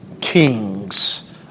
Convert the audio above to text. kings